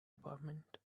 apartment